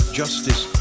justice